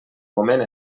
moment